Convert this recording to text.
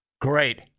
Great